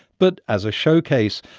but as a showcase,